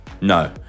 No